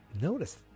notice